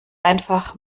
einfach